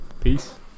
Peace